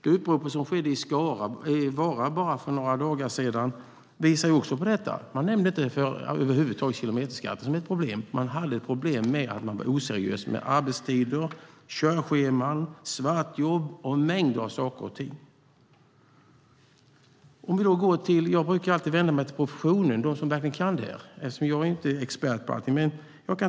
Det upprop som skedde i Vara för bara några dagar sedan visar också på detta. Man nämnde över huvud taget inte kilometerskatten som ett problem, utan man hade problem med oseriösa arbetstider, körscheman, svartjobb och en mängd andra saker. Jag brukar alltid vända mig till professionen, till dem som verkligen kan det här, eftersom jag inte är expert på allting.